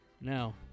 Now